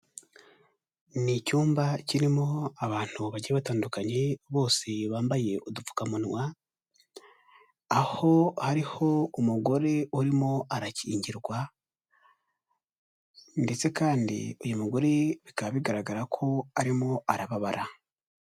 Ni icyumba kirimo abantu bagiye batandukanye bose bambaye udupfukamunwa, aho hariho umugore urimo arakingirwa ndetse kandi uyu mugore bikaba bigaragara ko arimo arababara.